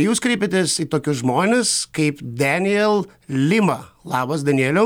jūs kreipiatės į tokius žmones kaip deniel lima labas danieliau